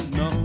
no